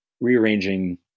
rearranging